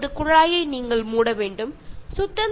ഒരു പാത്രത്തിൽ വെള്ളം പിടിച്ചു വെച്ച് കഴുകാം